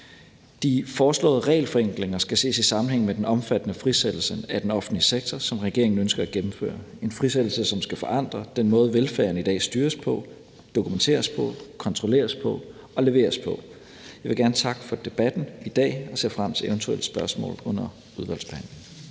De foreslåede regelforenklinger skal ses i sammenhæng med den omfattende frisættelse af den offentlige sektor, som regeringen ønsker at gennemføre. Det er en frisættelse, som skal forandre den måde, velfærden i dag styres på, dokumenteres på, kontrolleres på og leveres på. Jeg vil gerne takke for debatten i dag, og jeg ser frem til eventuelle spørgsmål under udvalgsbehandlingen